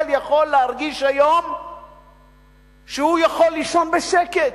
יכול להרגיש היום שהוא יכול לישון בשקט.